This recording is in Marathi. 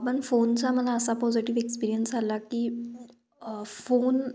पण फोनचा मला असा पॉझिटिव एक्सपिरियन्स आला की फोन